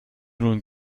nun